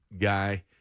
guy